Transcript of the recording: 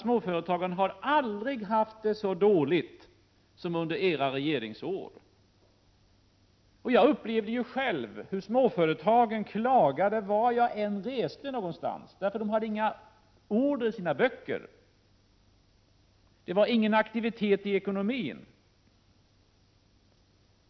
Småföretagen har aldrig haft det så dåligt som under era regeringsår. Jag upplevde själv hur man på småföretagen klagade, vart jag än reste. Småföretagen hade inga order i sina böcker. Det var ingen aktivitet i ekonomin.